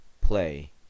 play